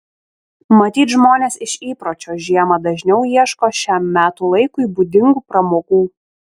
matyt žmonės iš įpročio žiemą dažniau ieško šiam metų laikui būdingų pramogų